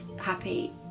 happy